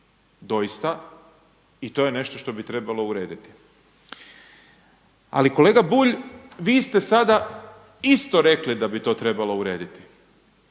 Doista, i to je nešto što bi trebalo urediti. Ali, kolega Bulj, vi ste sada isto rekli da bi to trebalo urediti.